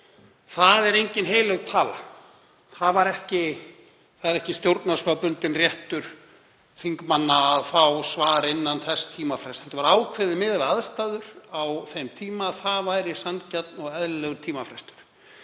Það er engin heilög tala. Það er ekki stjórnarskrárbundinn réttur þingmanna að fá svar innan þess tímafrests. Þetta var ákveðið miðað við aðstæður á þeim tíma að væri sanngjarn og eðlilegur tímafrestur.